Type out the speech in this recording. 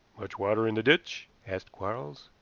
much water in the ditch? asked quarles.